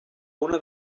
una